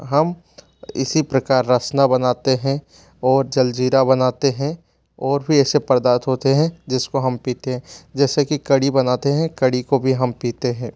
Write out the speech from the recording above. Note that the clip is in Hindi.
हम इसी प्रकार रसना बनाते हैं और जलजीरा बनाते हैं और फिर ऐसे पर्दाथ होते हैं जिसको हम पीते हैं जैसे कि कड़ी बनाते हैं कड़ी को भी हम पीते हैं